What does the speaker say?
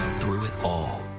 through it all.